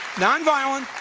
non-violent,